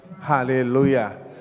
Hallelujah